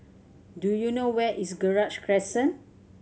do you know where is Gerald Crescent